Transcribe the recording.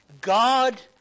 God